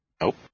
Nope